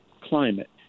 climate